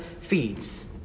feeds